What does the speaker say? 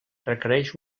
requereix